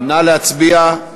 נא להצביע.